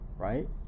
right